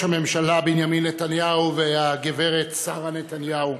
הממשלה בנימין נתניהו והגברת שרה נתניהו,